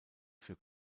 für